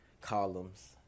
columns